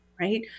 right